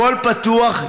הכול פתוח,